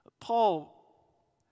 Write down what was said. Paul